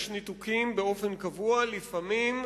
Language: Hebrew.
יש ניתוקים באופן קבוע, לפעמים,